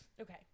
Okay